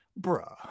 Bruh